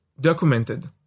documented